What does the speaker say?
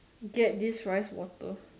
get this rice water